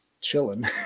chilling